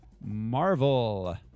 Marvel